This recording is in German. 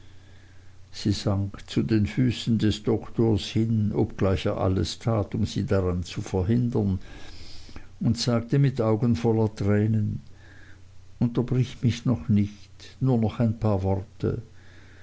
sie sank zu den füßen des doktors hin obgleich er alles tat um sie daran zu verhindern und sagte mit augen voll tränen unterbrich mich noch nicht nur noch ein paar worte